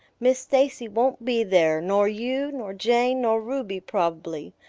miss stacy won't be there, nor you nor jane nor ruby probably.